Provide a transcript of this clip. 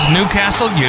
Newcastle